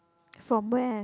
from where